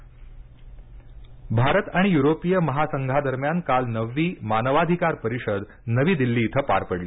Bharat Europe चर्चा भारत आणि युरोपीय महासंघादरम्यान काल नववी मानवाधिकार परिषद नवी दिल्ली इथं पार पडली